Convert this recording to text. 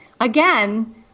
again